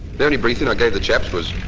the only briefing i gave the chaps was,